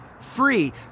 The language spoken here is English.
Free